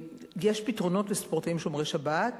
יש פתרונות לספורטאים שומרי שבת.